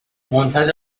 منتج